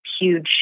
huge